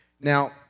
Now